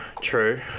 true